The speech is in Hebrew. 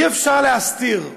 אי-אפשר להסתיר,